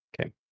Okay